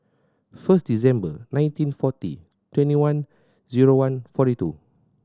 first December nineteen forty twenty one zero one forty two